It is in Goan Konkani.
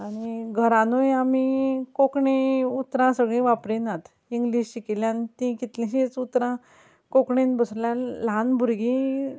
आनी घरानूय आमी कोंकणी उतरां सगळीं वापरिनात इंग्लीश शिकिल्ल्यान तीं कितलींशींच उतरां कोंकणीन बसलाल ल्हान भुरगीं